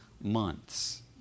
months